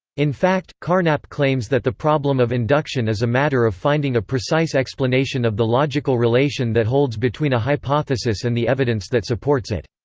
in fact, carnap claims that the problem of induction is a matter of finding a precise explanation of the logical relation that holds between a hypothesis and the evidence that supports it.